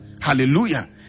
hallelujah